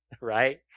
right